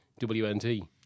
WNT